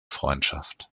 freundschaft